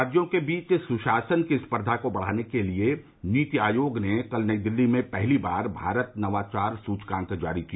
राज्यों के बीच सुशासन की स्पर्धा को बढ़ावा देने के लिए नीति आयोग ने कल नई दिल्ली में पहली बार भारत नवाचार सुचकांक सूची जारी की